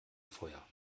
feuer